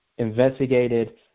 investigated